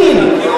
בדין,